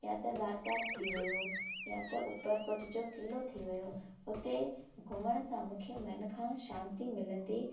या त दातार थी वियो या त उपरकोट जो क़िलो थी वियो उते घुमण सां मूंखे मन खां शांती मिलंदी